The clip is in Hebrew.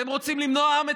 אתם רוצים למנוע מהעם,